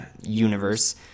universe